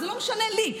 זה לא משנה לי.